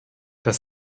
das